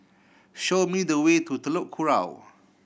show me the way to Telok Kurau